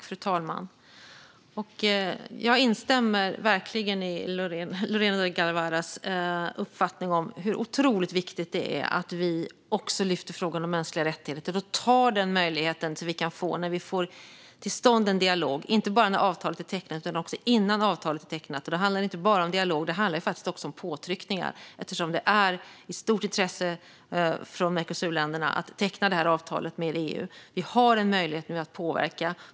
Fru talman! Jag instämmer verkligen i Lorena Delgado Varas uppfattning om hur otroligt viktigt det är att vi också lyfter fram frågan om mänskliga rättigheter och tar den möjlighet vi kan få när vi får till stånd en dialog, inte bara när avtalet är tecknat utan också innan avtalet är tecknat. Det handlar inte bara om dialog. Det handlar faktiskt också om påtryckningar, eftersom det är av stort intresse från Mercosurländerna att teckna detta avtal med EU. Vi har nu en möjlighet att påverka.